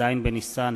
ז' בניסן התשס"ט,